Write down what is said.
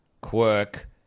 Quirk